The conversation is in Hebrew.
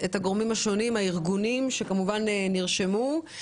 את הגורמים השונים ואת הארגונים שנרשמו לדיון.